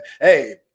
Hey